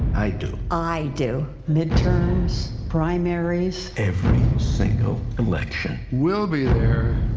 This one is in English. i do. i do. midterms, primaries. every single election. we'll be there.